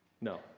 No